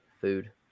food